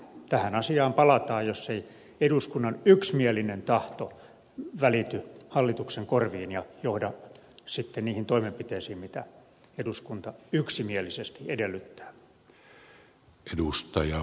tähän asiaan palataan jos ei eduskunnan yksimielinen tahto välity hallituksen korviin ja johda sitten niihin toimenpiteisiin mitä eduskunta yksimielisesti edellyttää